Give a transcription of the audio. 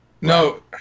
No